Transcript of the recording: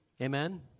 Amen